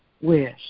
wish